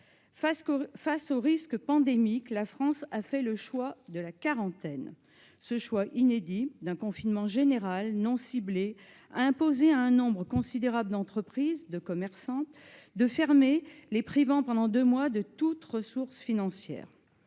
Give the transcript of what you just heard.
Face au risque pandémique, la France a fait le choix de la quarantaine. Ce choix, inédit, d'un confinement général et non ciblé a imposé à un nombre considérable d'entreprises et de commerçants de fermer, les privant pendant deux mois de toute ressource financière.